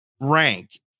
rank